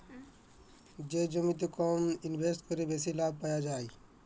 যে জমিতে কম ইলভেসেট ক্যরে বেশি লাভ পাউয়া যায়